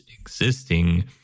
existing